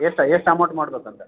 ಎಷ್ಟು ಎಷ್ಟು ಅಮೌಂಟ್ ಮಾಡ್ಬೇಕೂಂತ